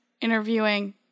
interviewing